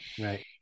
Right